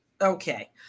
Okay